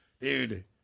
dude